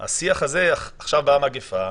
ועכשיו באה המגפה,